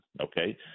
Okay